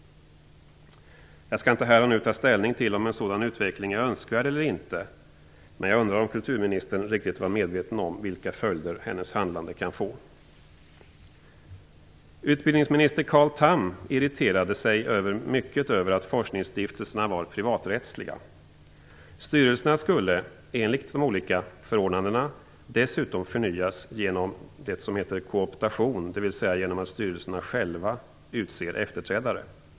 Jag skall inte här och nu ta ställning till om en sådan utveckling är önskvärd eller inte, men jag undrar om kulturministern var riktigt medveten om vilka följder hennes handlande kunde få. Utbildningsminister Carl Tham irriterade sig mycket över att forskningsstiftelserna var privaträttsliga. Styrelserna skulle, enligt de olika förordnandena, dessutom förnyas genom det som heter kooptation, dvs. genom att styrelserna själva utser efterträdare.